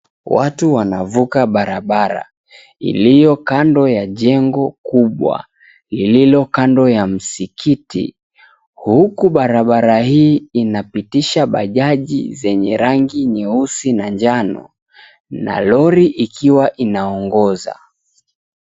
Watu wanavuka barabara iliyo kando ya jengo kubwa lililo kando ya msikiti. Huku barabara hii inapitisha bajaji zenye rangi nyeusi na njano, na lori ikiwa inaongoza.